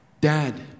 dad